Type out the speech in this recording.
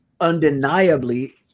undeniably